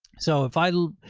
so if i,